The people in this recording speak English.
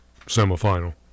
semifinal